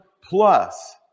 Plus